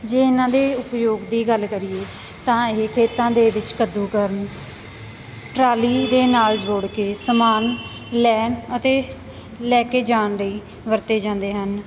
ਜੇ ਇਹਨਾਂ ਦੇ ਉਪਯੋਗ ਦੀ ਗੱਲ ਕਰੀਏ ਤਾਂ ਇਹ ਖੇਤਾਂ ਦੇ ਵਿੱਚ ਕੱਦੂ ਕਰਨ ਟਰਾਲੀ ਦੇ ਨਾਲ ਜੋੜ ਕੇ ਸਮਾਨ ਲੈਣ ਅਤੇ ਲੈ ਕੇ ਜਾਣ ਲਈ ਵਰਤੇ ਜਾਂਦੇ ਹਨ